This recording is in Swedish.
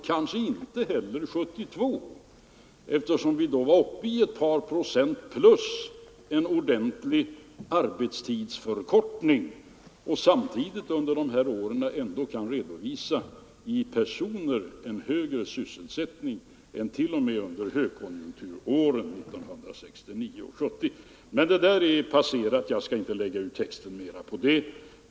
Kanske gäller det inte heller år 1972, eftersom tillväxten i den svenska ekonomin då uppgick till ett par procent plus att vi genomförde en ordentlig arbetstidsförkortning. Samtidigt kan vi under åren 1972 och 1973 konstatera att vi i personer räknat haft en högre sysselsättning än t.o.m. under högkonjunkturåren 1969 och 1970. Detta är emellertid saker som har passerat, och jag skall därför inte lägga ut texten mer om detta.